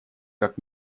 как